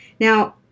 Now